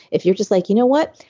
if you're just like you know what?